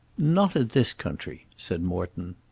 not in this country, said morton.